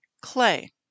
clay